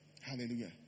Hallelujah